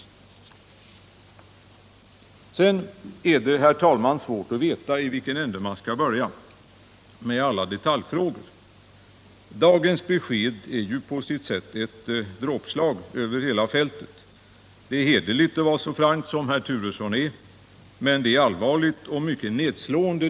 När det sedan gäller alla detaljfrågor är det, herr talman, svårt att veta i vilken ände man skall börja. Dagens besked innebär ju på sitt sätt ett dråpslag över hela fältet. Det är visserligen hederligt att vara så frank som herr Turesson är, men det besked han ger är allvarligt och mycket nedslående.